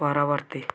ପରବର୍ତ୍ତୀ